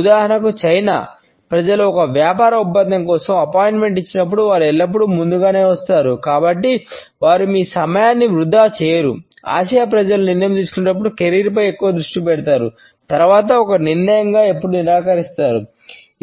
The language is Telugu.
ఉదాహరణకు చైనా ఎక్కువ దృష్టి పెడతారు తరువాత ఒక నిర్ణయంగా ఎప్పుడూ నిరాకరిస్తారు